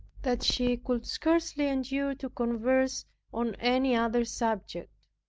that she could scarcely endure to converse on any other subject.